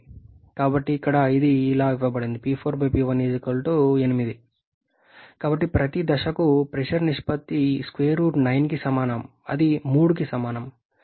కాబట్టి ఇక్కడ ఇది ఇలా ఇవ్వబడింది కాబట్టి ప్రతి దశకు ప్రెషర్ నిష్పత్తి √9కి సమానం అది 3కి సమానం